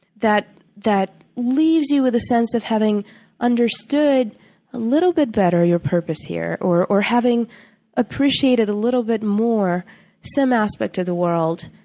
that that leaves you with a sense of having understood a little bit better your purpose here, or or having appreciated a little bit more some aspect of the world,